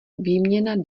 výměna